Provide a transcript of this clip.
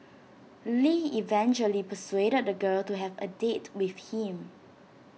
lee eventually persuaded the girl to have A date with him